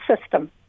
system